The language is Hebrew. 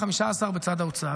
15 בצד ההוצאה.